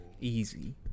Easy